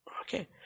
Okay